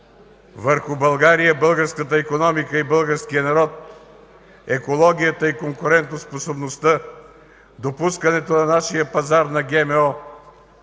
върху България, българската икономика и българския народ, екологията и конкурентоспособността, допускането на нашия пазар на ГМО,